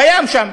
קיים שם.